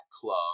club